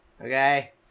Okay